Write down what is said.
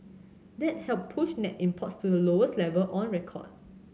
that helped push net imports to the lowest level on record